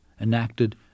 enacted